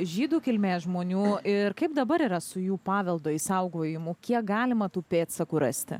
žydų kilmės žmonių ir kaip dabar yra su jų paveldo išsaugojimu kiek galima tų pėdsakų rasti